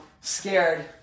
scared